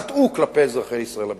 חטאו כלפי אזרחי ישראל הבדואים.